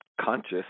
conscious